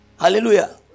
Hallelujah